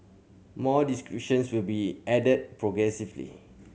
more descriptions will be added progressively